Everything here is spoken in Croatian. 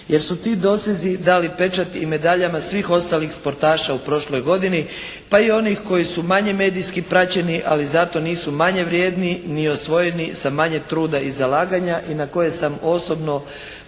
jer su ti dosezi dali pečat i medaljama svih ostalih sportaša u prošloj godini, pa i onih koji su manje medijski praćeni, ali zato nisu manje vrijedni ni osvojeni sa manje truda i zalaganja i na koje sam osobno